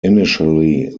initially